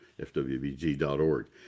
fwbg.org